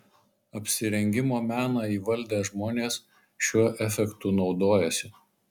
apsirengimo meną įvaldę žmonės šiuo efektu naudojasi